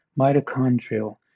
mitochondrial